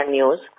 News